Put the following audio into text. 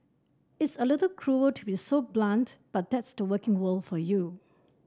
it's a little cruel to be so blunt but that's the working world for you